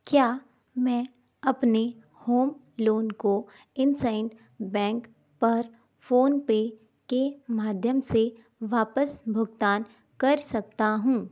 क्या मैं अपने होम लोन को इनसैंड बैंक पर फ़ोनपे के माध्यम से वापस भुगतान कर सकता हूँ